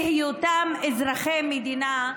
בהיותם אזרחי המדינה.